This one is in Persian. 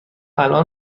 الان